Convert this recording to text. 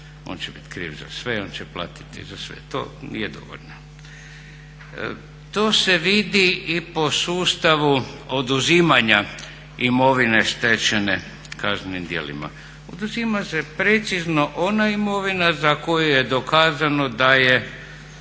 On će biti kriv za sve, on će platiti za sve to, …/Govornik se ne razumije./… dovoljno. To se vidi i po sustavu oduzimanja imovine stečene kaznenim djelima. Oduzima se precizno ona imovina za koju je dokazano da je